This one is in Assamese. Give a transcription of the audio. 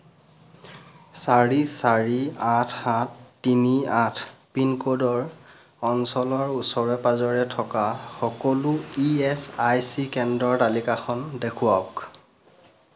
চাৰি চাৰি আঠ সাত তিনি আঠ পিনক'ডৰ অঞ্চলৰ ওচৰে পাঁজৰে থকা সকলো ইএচআইচি কেন্দ্ৰৰ তালিকাখন দেখুৱাওক